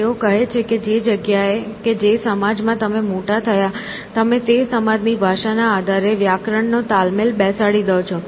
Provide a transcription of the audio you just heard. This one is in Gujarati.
તેઓ કહે છે કે જે જગ્યાએ કે જે સમાજ માં તમે મોટા થયા તમે તે સમાજ ની ભાષા ના આધારે વ્યાકરણ નો તાલમેલ બેસાડી દો છો